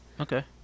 Okay